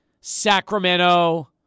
Sacramento